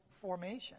formation